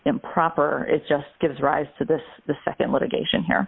improper it just gives rise to this the nd litigation here